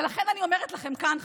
ולכן אני אומרת לכם כאן,